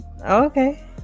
Okay